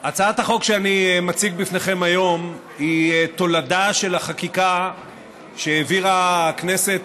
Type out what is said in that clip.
הצעת החוק שאני מציג בפניכם היום היא תולדה של החקיקה שהעבירה הכנסת,